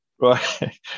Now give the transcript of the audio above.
Right